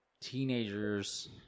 teenagers